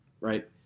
right